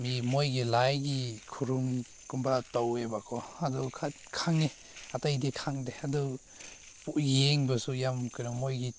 ꯃꯤ ꯃꯣꯏꯒꯤ ꯂꯥꯏꯒꯤ ꯈꯨꯔꯨꯝꯒꯨꯝꯕ ꯇꯧꯋꯦꯕꯀꯣ ꯑꯗꯨ ꯈꯪꯏ ꯑꯇꯩꯗꯤ ꯈꯪꯗꯦ ꯑꯗꯨ ꯌꯦꯡꯕꯁꯨ ꯌꯥꯝ ꯀꯩꯅꯣ ꯃꯣꯏꯒꯤ